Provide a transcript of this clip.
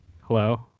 Hello